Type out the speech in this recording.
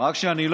רק שנייה.